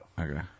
okay